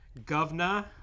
Govna